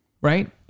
right